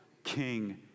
king